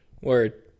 Word